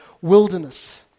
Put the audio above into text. wilderness